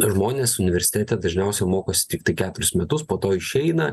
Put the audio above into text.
žmonės universitete dažniausia mokosi tiktai keturis metus po to išeina